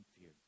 fear